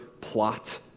plot